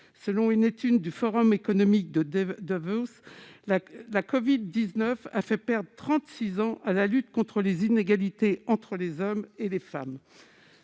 Selon une étude du Forum économique mondial de Davos, la covid-19 a fait perdre trente-six ans à la lutte contre les inégalités entre les hommes et les femmes.